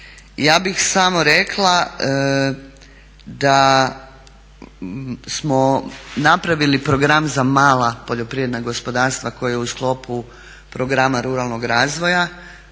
ja bih samo rekla da smo napravili program za mala poljoprivredna gospodarstva koja je u sklopu programa ruralnog razvoja.